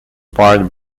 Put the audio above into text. part